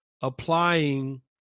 applying